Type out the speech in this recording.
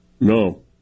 No